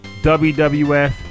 WWF